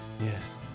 Yes